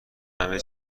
همه